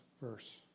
verse